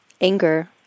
anger